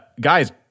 guys